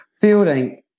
Fielding